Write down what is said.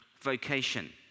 vocation